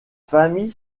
famille